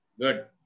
good